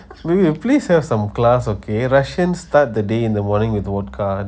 baby please have some class okay russian start the day in the morning with volka